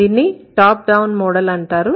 దీన్ని top down model అంటారు